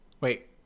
Wait